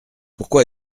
pourquoi